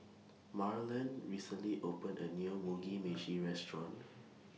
Marlon recently opened A New Mugi Meshi Restaurant